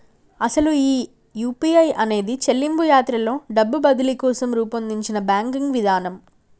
అసలు ఈ యూ.పీ.ఐ అనేది చెల్లింపు యాత్రలో డబ్బు బదిలీ కోసం రూపొందించిన బ్యాంకింగ్ విధానం